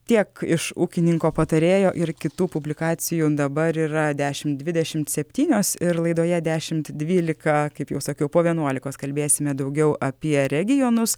tiek iš ūkininko patarėjo ir kitų publikacijų dabar yra dešimt dvidešimt septynios ir laidoje dešimt dvylika kaip jau sakiau po vienuolikos kalbėsime daugiau apie regionus